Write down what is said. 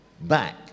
back